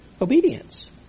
Obedience